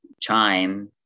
Chime